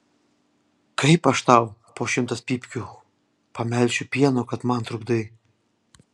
kaip aš tau po šimtas pypkių pamelšiu pieno kad man trukdai